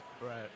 Right